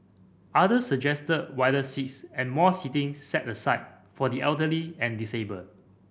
others suggested wider seats and more seating set aside for the elderly and disabled